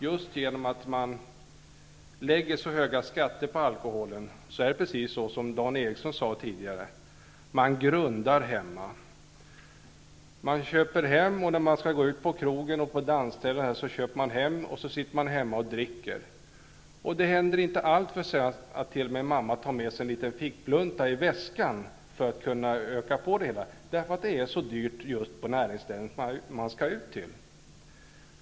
Just genom att man lägger så höga skatter på alkohol blir det precis så som Dan Eriksson tidigare sade, nämligen att man grundar hemma. När man skall gå ut på krogen eller något dansställe, köper man hem och sitter hemma och dricker innan man går ut. Det händer inte alltför sällan att t.o.m. mamma tar med sig en liten fickplunta i väskan för att kunna öka på det hela. Detta gör man för att det är så dyrt på alla näringsställen.